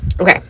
okay